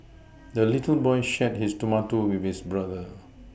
the little boy shared his tomato with his brother